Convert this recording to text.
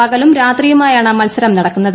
പക്കലൂം രാത്രിയുമായാണ് മത്സരം നടക്കുന്നത്